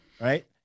Right